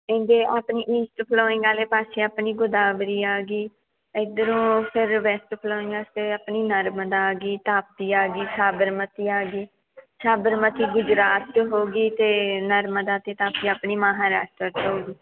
ਇਹਦੇ ਆਪਣੀ east flowing ਵਾਲੇ ਪਾਸੇ ਆਪਣੀ ਗੋਦਾਵਰੀ ਆ ਗਈ ਇੱਧਰੋਂ ਫਿਰ ਵੈਸਟ ਫਲੋਇੰਗ ਪਾਸੇ ਆਪਣੀ ਨਰਮਦਾ ਆ ਗਈ ਤਾਪੀ ਆ ਗਈ ਸਾਬਰਮਤੀ ਆ ਗਈ ਸਾਬਰਮਤੀ ਗੁਜਰਾਤ 'ਚ ਹੋ ਗਈ ਅਤੇ ਨਰਮਦਾ ਅਤੇ ਤਾਪੀ ਆਪਣੀ ਮਹਾਰਾਸਟਰਾ 'ਚ ਹੋਗੀ